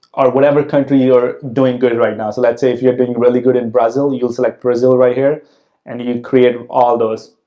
or whatever country you're doing good right now. so, let's say if you're doing really good in brazil, you'll select brazil right here and you create all those.